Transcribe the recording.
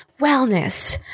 wellness